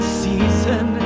season